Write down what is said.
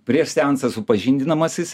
prieš seansą supažindinamas jis